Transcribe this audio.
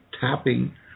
tapping